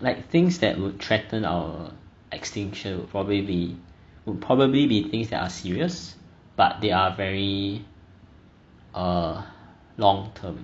like things that would threaten our extinction will probably be would probably be things that are serious but they are very err long term